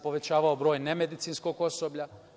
Povećavao se broj nemedicinskog osoblja.